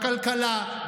בכלכלה,